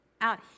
out